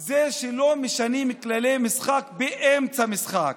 זה שלא משנים כללי משחק באמצע משחק.